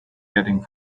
getting